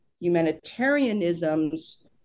humanitarianism's